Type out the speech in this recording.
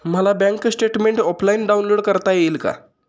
मला bank statement offline download करता येईल का?